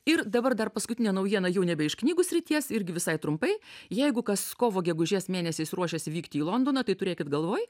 ir dabar dar paskutinė naujiena jau nebe iš knygų srities irgi visai trumpai jeigu kas kovo gegužės mėnesiais ruošiasi vykti į londoną tai turėkit galvoj